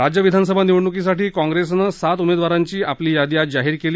राज्य विधानसभा निवडणुकीसाठी काँप्रेसनं सात उमेदवारांची आपली यादी आज जाहीर केली